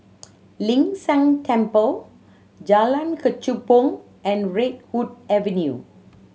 Ling San Teng Temple Jalan Kechubong and Redwood Avenue